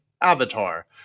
avatar